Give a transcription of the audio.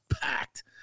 packed